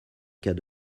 cas